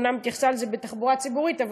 היא אומנם התייחסה לתחבורה ציבורית,